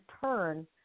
turn